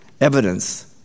evidence